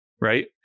right